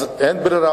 אז אין ברירה,